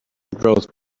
growth